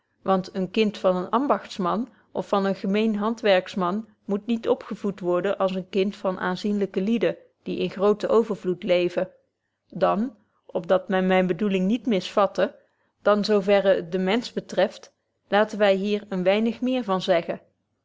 want een kind van een ambagtsman of van een gemeen handwerksman moet niet opgevoed worbetje wolff proeve over de opvoeding den als een kind van aanzienlyke lieden die in grooten overvloed leven dan op dat men myne bedoeling niet misvatte dan zo verre het den mensch betreft laten wy hier een weinig meer van zeggen